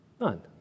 None